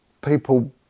people